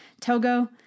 Togo